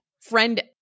Friend